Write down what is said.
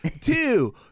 two